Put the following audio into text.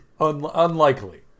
unlikely